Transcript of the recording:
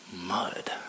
mud